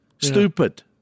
Stupid